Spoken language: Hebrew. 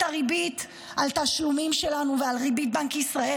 הריבית על תשלומים שלנו ועל ריבית בנק ישראל,